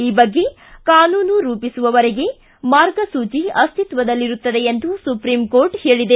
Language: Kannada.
ಈ ಬಗ್ಗೆ ಕಾನೂನು ರೂಪಿಸುವವರೆಗೆ ಮಾರ್ಗಸೂಚಿ ಅಸ್ತಿತ್ವದಲ್ಲಿರುತ್ತದೆ ಎಂದು ಸುಪ್ರೀಂ ಕೋರ್ಟ್ ಹೇಳಿದೆ